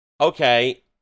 okay